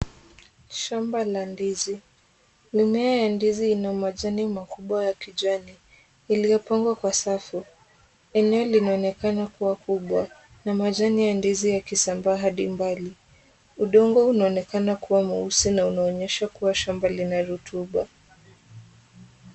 Shamba la ndizi. Mimea ya ndizi ina majani makubwa ya kijani iliyopangwa kwa safu, eneo linaonekana kuwa kubwa na majani ya ndizi yakisambaa hadi mbali. Udongo unaonekana kuwa mweusi na unaonyesha kuwa shamba lina rotuba.